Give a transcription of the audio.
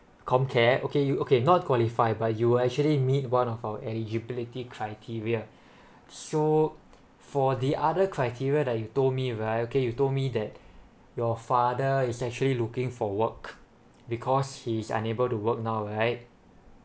comcare okay you okay not qualify but you will actually meet one of our eligibility criteria so for the other criteria like you told me right okay you told me that your father is actually looking for work because he's unable to work now right